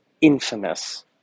infamous